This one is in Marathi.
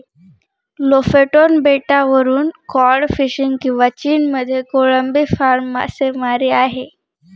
लोफेटोन बेटावरून कॉड फिशिंग किंवा चीनमध्ये कोळंबी फार्म मासेमारी आहे